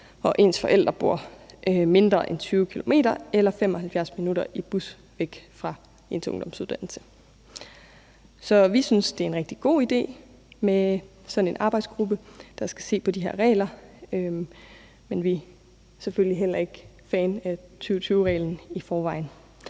og ens forældre bor mindre end 20 km eller 75 minutter i bus væk fra ens ungdomsuddannelse. Så vi synes, det er en rigtig god idé med sådan en arbejdsgruppe, der skal se på de her regler, men vi er selvfølgelig i forvejen heller ikke fans af 20/20-reglen. Vi er helt